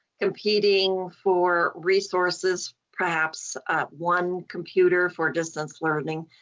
competing for resources, perhaps one computer for distance learning,